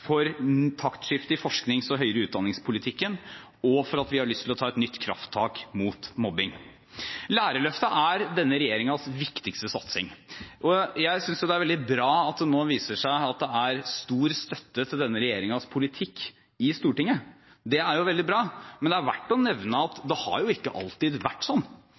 for taktskifte i forsknings- og høyere utdanningspolitikken, og for at vi har lyst til å ta et nytt krafttak mot mobbing. Lærerløftet er denne regjeringens viktigste satsing. Jeg synes det er veldig bra at det nå viser seg at det er stor støtte til denne regjeringens politikk i Stortinget. Det er veldig bra. Men det er verdt å nevne at det ikke alltid har